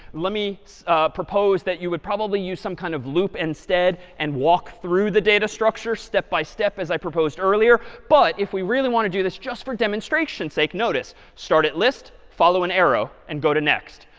let me propose that you would probably use some kind of loop instead and walk through the data structure step by step as i proposed earlier. but if we really want to do this just for demonstration's sake, notice, start at list, follow an arrow and go to next.